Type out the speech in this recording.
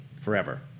Forever